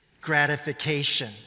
gratification